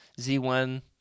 Z1